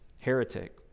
heretic